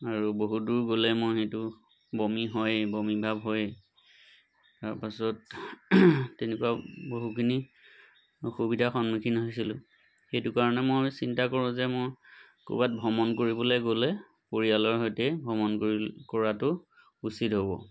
আৰু বহু দূৰ গ'লে মই সেইটো বমি হয় বমি ভাৱ হয় তাৰপাছত তেনেকুৱা বহুখিনি অসুবিধাৰ সন্মুখীন হৈছিলোঁ সেইটো কাৰণে মই চিন্তা কৰোঁ যে মই ক'ৰবাত ভ্ৰমণ কৰিবলৈ গ'লে পৰিয়ালৰ সৈতে ভ্ৰমণ কৰি কৰাটো উচিত হ'ব